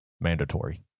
Mandatory